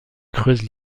creuse